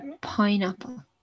Pineapple